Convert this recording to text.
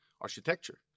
architecture